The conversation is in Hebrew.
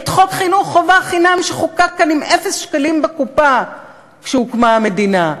את חוק חינוך חובה חינם שחוקקתם עם אפס שקלים בקופה כשהוקמה המדינה,